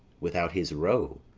without his roe,